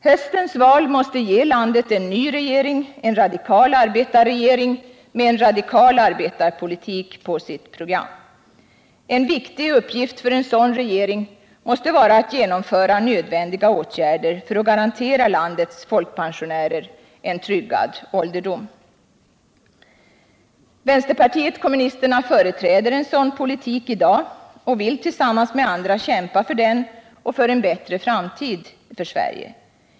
Höstens val måste ge landet en ny regering, en radikal arbetarregering med en radikal arbetarpolitik på sitt program. En viktig uppgift för en sådan regering måste vara att vidta nödvändiga åtgärder för att garantera landets folkpensionärer en tryggad ålderdom. Vänsterpartiet kommunisterna företräder en sådan politik och vill tillsammans med andra kämpa för denna och för en bättre framtid för Sverige.